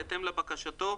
בהתאם לבקשתו,